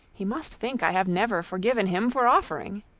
he must think i have never forgiven him for offering.